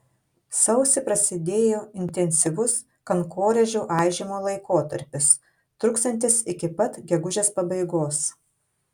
sausį prasidėjo intensyvus kankorėžių aižymo laikotarpis truksiantis iki pat gegužės pabaigos